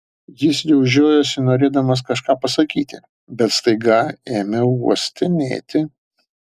jis jau žiojosi norėdamas kažką pasakyti bet staiga ėmė uostinėti